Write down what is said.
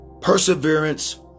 Perseverance